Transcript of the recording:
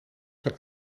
zijn